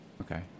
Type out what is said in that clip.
Okay